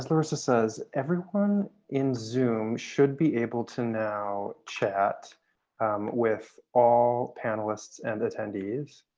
larissa says, everyone in zoom should be able to now chat with all panelists and attendees.